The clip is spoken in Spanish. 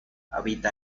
habita